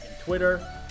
Twitter